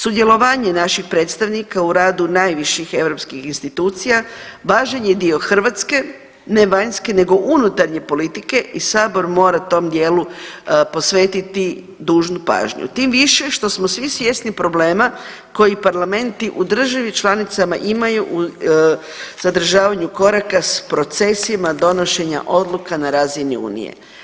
Sudjelovanje naših predstavnika u radu najviših europskih institucija važan je dio hrvatske ne vanjske nego unutarnje politike i sabor mora tom dijelu posvetiti dužnu pažnju tim više što smo svi svjesni problema koji parlamenti u državi članicama imaju u, za održavanju koraka s procesima donošenja odluka na razini unije.